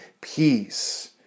Peace